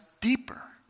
deeper